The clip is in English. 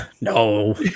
no